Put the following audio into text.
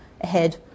ahead